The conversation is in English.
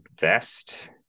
vest